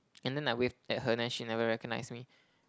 and then I waved at her then she never recognize me